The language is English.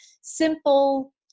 simple